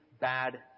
bad